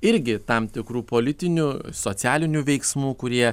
irgi tam tikrų politinių socialinių veiksmų kurie